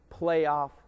playoff